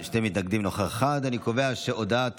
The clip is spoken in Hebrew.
הצעת